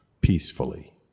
peacefully